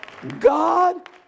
God